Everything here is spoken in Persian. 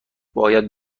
باید